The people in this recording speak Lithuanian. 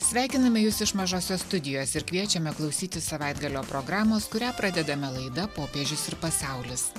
sveikiname jus iš mažosios studijos ir kviečiame klausytis savaitgalio programos kurią pradedame laida popiežius ir pasaulis